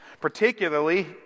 Particularly